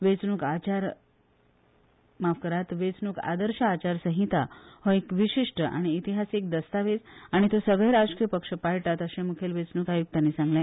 वेचणूक आदर्श आचारसंहिता हो एक विशिष्ट आनी इतिहासिक दस्तावेज आनी तो सगले राजकीय पक्ष पाळटात अशेय मुखेल वेचणूक आयुक्तानी सांगले